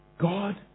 God